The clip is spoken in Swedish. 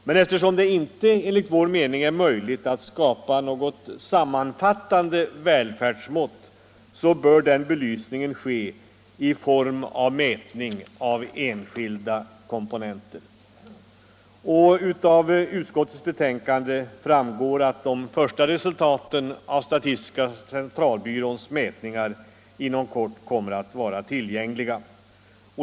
Men eftersom det enligt vår mening inte är möjligt att skapa något sammanfattande välfärdsmått bör den belysningen ske i form av mätning av enskilda komponenter. Av utskottets betänkande framgår att de första resultaten av statistiska centralbyråns mätningar inom kort kommer att vara tillgängliga.